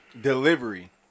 Delivery